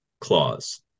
clause